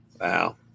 Wow